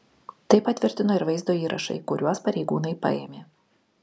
tai patvirtino ir vaizdo įrašai kuriuos pareigūnai paėmė